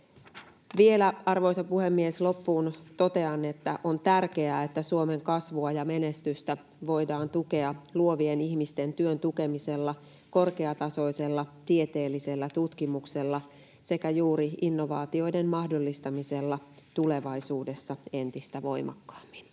Arvoisa puhemies! Vielä loppuun totean, että on tärkeää, että Suomen kasvua ja menestystä voidaan tukea luovien ihmisten työn tukemisella, korkeatasoisella tieteellisellä tutkimuksella sekä juuri innovaatioiden mahdollistamisella tulevaisuudessa entistä voimakkaammin.